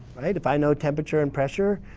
right? if i know temperature and pressure,